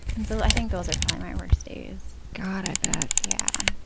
and so i think those are probably my worst days. god, i bet. yeah